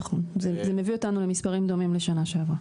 נכון, זה מביא אותנו למספרים דומים לשנה שעברה.